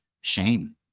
shame